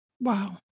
Wow